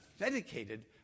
authenticated